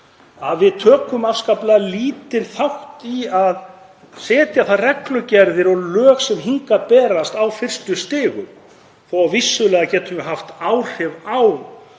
að við tökum afskaplega lítinn þátt í að setja þær reglugerðir og lög sem hingað berast á fyrstu stigum þótt vissulega getum við haft áhrif á